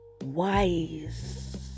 wise